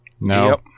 No